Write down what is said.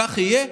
כך יהיה,